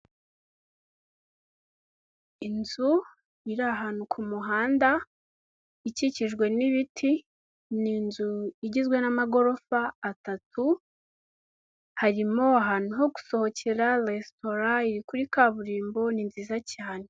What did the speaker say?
Inzu iri ahantu ku muhanda, ikikijwe n'ibiti, ni inzu igizwe n'amagorofa atatu, harimo ahantu ho gusohokera, resitora iri kuri kaburimbo ni nziza cyane.